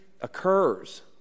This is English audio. occurs